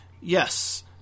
Yes